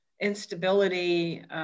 instability